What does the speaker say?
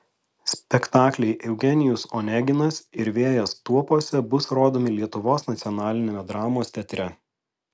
spektakliai eugenijus oneginas ir vėjas tuopose bus rodomi lietuvos nacionaliniame dramos teatre